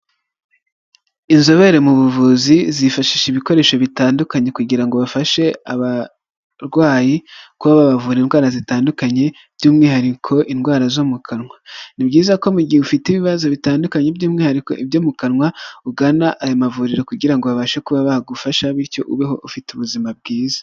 Inzobere mu buvuzi zifashisha ibikoresho bitandukanye kugira ngo bafashe abarwayi kuba bavura indwara zitandukanye by'umwihariko indwara zo mu kanwa, ni byiza ko mu gihe ufite ibibazo bitandukanye by'umwihariko ibyo mu kanwa ugana aya mavuriro kugira ngo babashe kuba bagufasha, bityo ubeho ufite ubuzima bwiza.